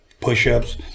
push-ups